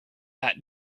that